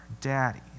Daddy